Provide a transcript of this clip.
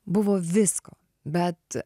buvo visko bet